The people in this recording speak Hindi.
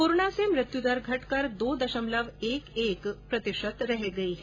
कोरोना से मृत्युदर घटकर दो दशमलव एक एक प्रतिशत रह गई है